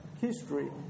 history